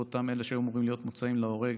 אותם אלה שהיו אמורים להיות מוצאים להורג,